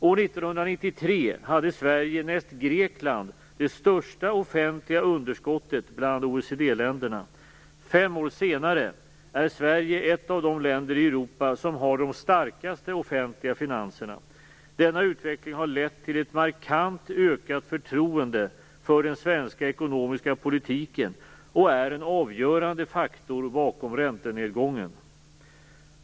År 1993 hade Sverige näst Grekland det största offentliga underskottet bland OECD-länderna. Fem år senare är Sverige ett av de länder i Europa som har de starkaste offentliga finanserna. Denna utveckling har lett till ett markant ökat förtroende för den svenska ekonomiska politiken och är en avgörande faktor bakom räntenedgången.